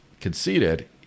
conceded